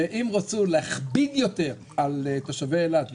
ואם רצו להכביד יותר על תושבי אילת,